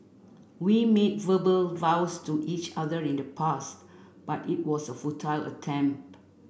we made verbal vows to each other in the past but it was a futile attempt